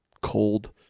cold